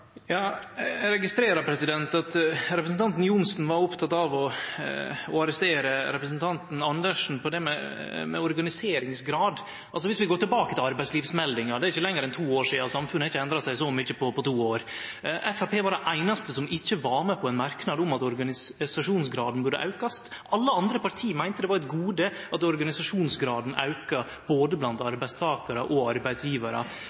Eg registrerer at representanten var oppteken av å arrestere representanten Andersen på det med organiseringsgrad. Viss vi går tilbake til arbeidslivsmeldinga – det er ikkje meir enn to år sidan ho kom, og samfunnet har ikkje endra seg så mykje på to år – var Framstegspartiet det einaste som ikkje var med på ein merknad om at organisasjonsgraden burde bli auka. Alle andre parti meinte det var eit gode at organisasjonsgraden auka, både blant arbeidstakarar og arbeidsgjevarar.